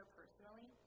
personally